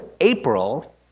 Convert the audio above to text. April